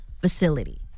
facility